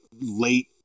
late